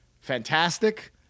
fantastic